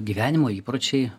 gyvenimo įpročiai